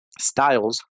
styles